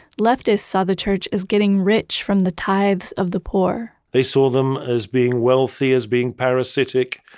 leftists saw the church as getting rich from the tithes of the poor they saw them as being wealthy, as being parasitic,